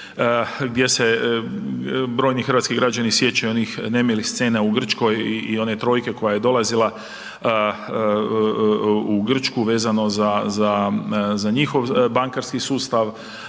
gdje se brojni hrvatski građani sjećaju onih nemilih scena u Grčkoj i one trojke koja je dolazila u Grčku vezano za, za, za njihov bankarski sustav,